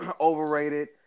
overrated